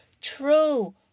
true